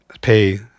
pay